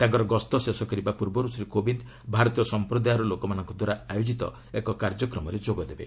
ତାଙ୍କର ଗସ୍ତ ଶେଷ କରିବା ପୂର୍ବରୁ ଶ୍ରୀ କୋବିନ୍ଦ ଭାରତୀୟ ସମ୍ପର୍ମଦାୟର ଲୋକମାନଙ୍କଦ୍ୱାରା ଆୟୋଜିତ ଏକ ାର୍ଯ୍ୟକ୍ରମରେ ଯୋଗ ଦେବେ